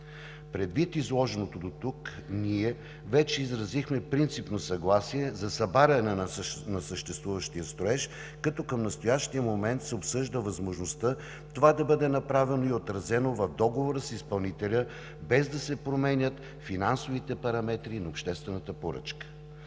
Предвид изложеното дотук, ние вече изразихме принципно съгласие за събаряне на съществуващия строеж, като към настоящия момент се обсъжда възможността това да бъде направено и отразено в договора с изпълнителя, без да се променят финансовите параметри на обществената поръчка.